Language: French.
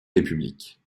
république